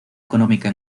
económica